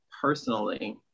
personally